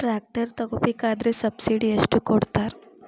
Tractor ತಗೋಬೇಕಾದ್ರೆ subsidy ಎಷ್ಟು ಕೊಡ್ತಾರ?